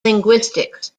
linguistics